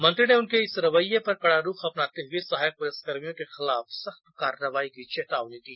मंत्री ने उनके इस रवैये पर कड़ा रूख अपनाते हुए सहायक पुलिस कर्मियों के खिलाफ सख्त कार्रवाई की चेतावनी दी